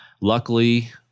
Luckily